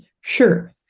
Sure